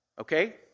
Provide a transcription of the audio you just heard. Okay